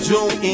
June